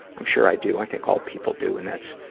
i'm sure i do. i think all people do, and that's,